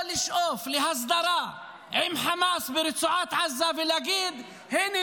-- או לשאוף להסדרה עם חמאס ברצועת עזה ולהגיד: הינה,